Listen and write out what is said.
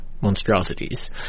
monstrosities